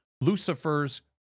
Lucifer's